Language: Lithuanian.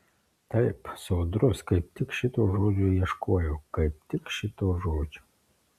taip sodrus kaip tik šito žodžio ieškojau kaip tik šito žodžio